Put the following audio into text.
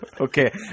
Okay